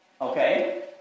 Okay